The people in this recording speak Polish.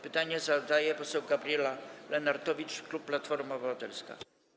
Pytanie zadaje poseł Gabriela Lenartowicz, klub Platforma Obywatelska.